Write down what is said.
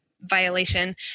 violation